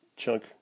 chunk